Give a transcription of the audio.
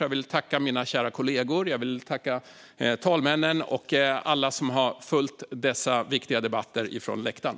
Jag vill tacka mina kära kollegor, talmännen och alla som har följt dessa viktiga debatter från läktaren.